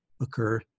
occur